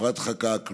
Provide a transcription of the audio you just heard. אפרת חקאק,